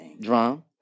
Drum